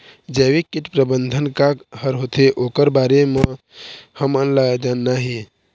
जैविक कीट प्रबंधन का हर होथे ओकर बारे मे हमन ला जानना हे?